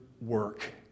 work